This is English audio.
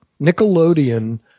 Nickelodeon